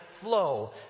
flow